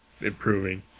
improving